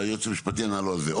והיועץ המשפטי ענה לו על זה.